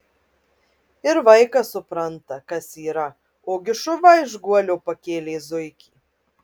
ir vaikas supranta kas yra ogi šuva iš guolio pakėlė zuikį